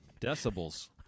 Decibels